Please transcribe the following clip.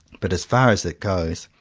but as far as it goes,